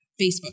Facebook